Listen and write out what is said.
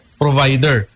provider